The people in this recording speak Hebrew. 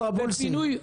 טרבולסקי.